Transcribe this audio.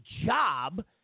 job